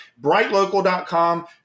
brightlocal.com